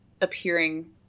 appearing